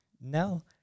No